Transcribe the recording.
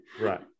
Right